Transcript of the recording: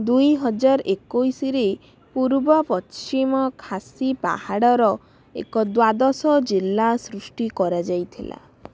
ଦୁଇ ହଜାର ଏକୋଇଶିରେ ପୂର୍ବ ପଶ୍ଚିମ ଖାସି ପାହାଡ଼ର ଏକ ଦ୍ୱାଦଶ ଜିଲ୍ଲା ସୃଷ୍ଟି କରାଯାଇଥିଲା